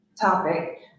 topic